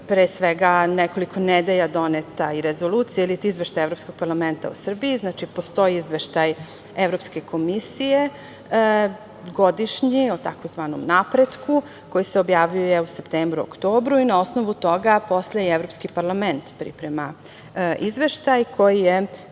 pre svega nekoliko nedelja doneta Rezolucija iliti Izveštaj Evropskog parlamenta u Srbiji, znači postoji izveštaj Evropske komisije godišnji o tzv. napretku koji se objavljuje u septembru, oktobru i na osnovu toga posle i Evropski parlament priprema izveštaj koji je